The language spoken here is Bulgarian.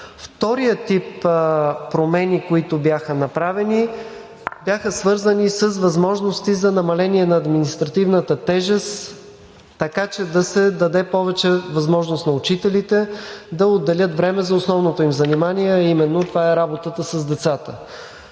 Вторият тип промени, които бяха направени, бяха свързани с възможности за намаляване на административната тежест, така че да се даде повече възможност на учителите да отделят време за основното им занимание, а именно работата им с децата.